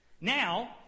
Now